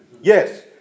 Yes